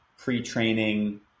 pre-training